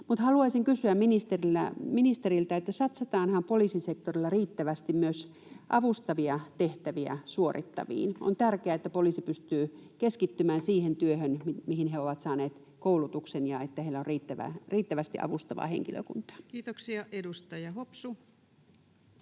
haluaisin kysyä ministeriltä, satsataanhan poliisisektorilla riittävästi myös avustavia tehtäviä suorittaviin. On tärkeää, että poliisi pystyy keskittymään siihen työhön, mihin he ovat saaneet koulutuksen ja että heillä on riittävästi avustavaa henkilökuntaa. [Speech 192]